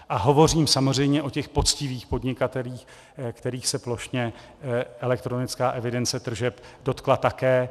A hovořím samozřejmě o těch poctivých podnikatelích, kterých se plošně elektronická evidence tržeb dotkla také.